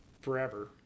forever